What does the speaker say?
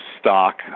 stock